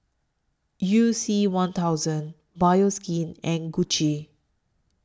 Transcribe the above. YOU C one thousand Bioskin and Gucci